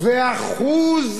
ו-1%